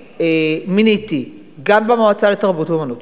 שמינתה גם במועצה לתרבות ואמנות,